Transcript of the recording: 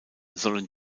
sollen